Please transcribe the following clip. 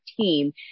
team